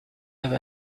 ever